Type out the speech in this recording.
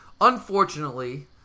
Unfortunately